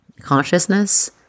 consciousness